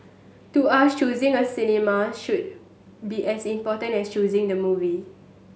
to us choosing a cinema should be as important as choosing the movie